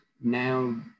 now